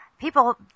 people